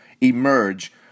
emerge